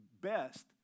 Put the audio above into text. best